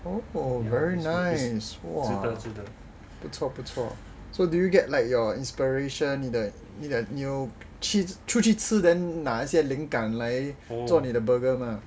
oh oh very nice !wah! 不错不错 so do you get like your inspiration 你的你有出去吃 then 拿一些灵感来做你的 burger 吗